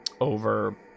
over